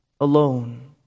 alone